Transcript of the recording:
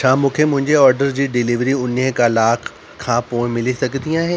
छा मूंखे मुंहिंजे ऑडर जी डिलीवरी उणिवीह कलाक खां पोइ मिली सघंदी आहे